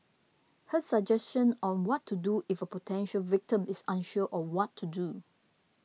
her suggestion on what to do if a potential victim is unsure of what to do